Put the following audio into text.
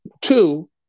two